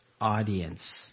audience